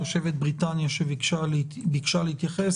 תושבת בריטניה שביקשה להתייחס,